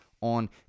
on